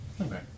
Okay